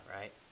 right